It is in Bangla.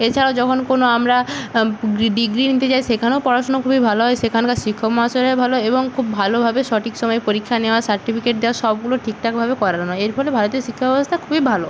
এছাড়াও যখন কোনো আমরা ডিগ্রি নিতে যাই সেখানেও পড়াশোনা খুবই ভালো হয় সেখানকার শিক্ষক মহাশয়রা ভালো এবং খুব ভালোভাবে সঠিক সময়ে পরীক্ষা নেওয়া সার্টিফিকেট দেওয়া সবগুলো ঠিকঠাকভাবে করানো হয় এর ফলে ভারতের শিক্ষা ব্যবস্থা খুবই ভালো